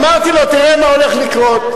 אמרתי לו: תראה מה הולך לקרות,